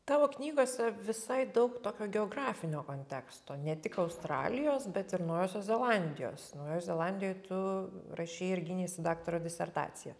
tavo knygose visai daug tokio geografinio konteksto ne tik australijos bet ir naujosios zelandijos naujoje zelandijoj tu rašei ir gyneisi daktaro disertaciją